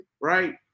right